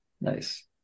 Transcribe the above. nice